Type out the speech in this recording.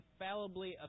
infallibly